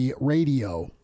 Radio